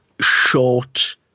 short